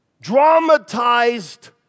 dramatized